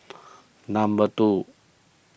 number two